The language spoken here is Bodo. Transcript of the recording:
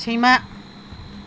सैमा